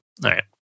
right